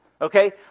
Okay